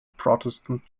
protestant